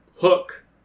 Hook